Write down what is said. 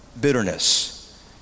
bitterness